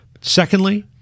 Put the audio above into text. Secondly